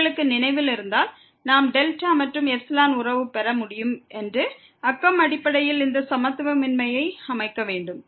உங்களுக்கு நினைவில் இருந்தால் நாம் δ மற்றும் ε உறவு பெற முடியும் என்று அக்கம் அடிப்படையில் இந்த சமத்துவமின்மையை அமைக்க வேண்டும்